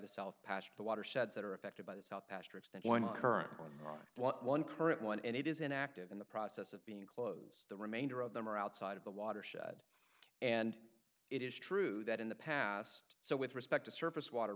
the south past the watersheds that are affected by the south pasture it's that one current one on one current one and it is in active in the process of being closed the remainder of them are outside of the watershed and it is true that in the past so with respect to surface water